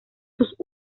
sus